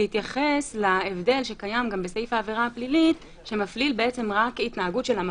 להתייחס להבדל שקיים בסעיף העבירה הפלילית שמפליל רק התנהגות של המפעיל.